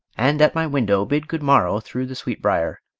and at my window bid good-morrow through the sweetbrier,